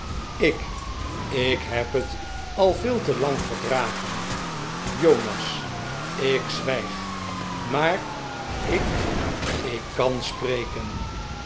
ik heb het al veel te lang verdragen jonas ik zwijg maar ik ik kan spreken